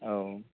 औ